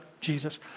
Jesus